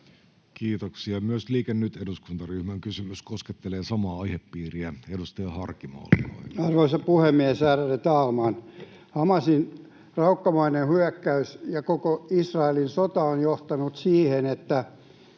perille. Myös Liike Nyt -eduskuntaryhmän kysymys koskettelee samaa aihepiiriä. — Edustaja Harkimo, olkaa hyvä. Arvoisa puhemies, ärade talman! Hamasin raukkamainen hyökkäys ja koko Israelin sota ovat johtaneet siihen, että